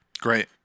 Great